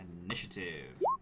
initiative